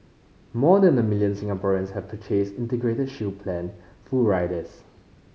more than a million Singaporeans have purchased Integrated Shield Plan full riders